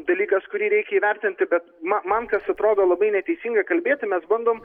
dalykas kurį reikia įvertinti bet man man kas atrodo labai neteisinga kalbėti mes bandom